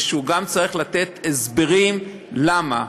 ושהוא גם צריך לתת הסברים למה.